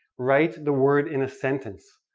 write the word in a sentence,